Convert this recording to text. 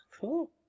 Cool